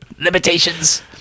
Limitations